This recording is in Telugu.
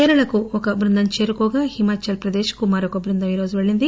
కేరళకు చెందిన ఒక బృందం చేరుకోగా హిమాచల్ ప్రదేశ్ కు మరొక బృందం ఈరోజు పెల్లింది